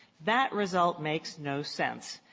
that result makes no sense.